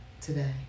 today